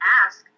ask